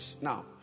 Now